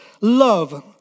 love